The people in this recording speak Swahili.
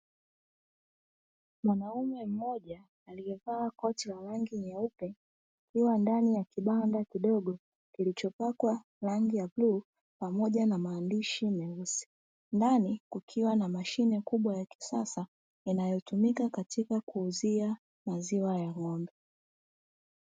Mwanaume mmoja aliyevaa koti la rangi nyeupe akiwa ndani ya kibanda kidogo kilichopakwa rangi ya bluu, pamoja na maandishi meusi ndani kukiwa na mashine kubwa ya kisasa inayotumika katika kuuzia maziwa ya ngombe.